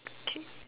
okay